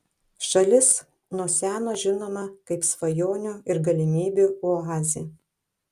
šalis nuo seno žinoma kaip svajonių ir galimybių oazė